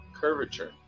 curvature